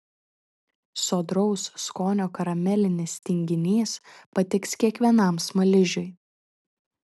sodraus skonio karamelinis tinginys patiks kiekvienam smaližiui